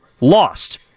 lost